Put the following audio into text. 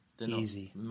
easy